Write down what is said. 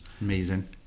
amazing